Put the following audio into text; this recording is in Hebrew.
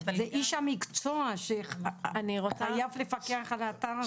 זה איש המקצוע שחייב לפקח על האתר הזה.